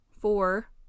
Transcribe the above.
four